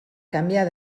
canviar